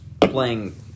playing